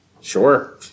Sure